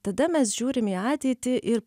tada mes žiūrim į ateitį ir